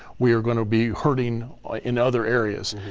we are gonna be hurting in other areas.